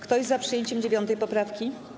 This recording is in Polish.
Kto jest za przyjęciem 9. poprawki?